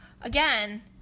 again